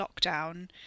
lockdown